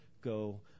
go